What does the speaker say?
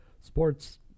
sports